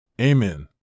Amen